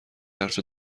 حرف